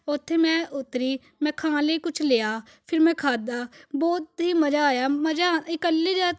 ਉਥੇ ਮੈਂ ਉਤਰੀ ਮੈਂ ਖਾਣੇ ਲਈ ਕੁਛ ਲਿਆ ਫਿਰ ਮੈਂ ਖਾਦਾ ਬਹੁਤ ਹੀ ਮਜ਼ਾ ਆਇਆ ਮਜ਼ਾ ਇਕੱਲੀ ਯਾਤ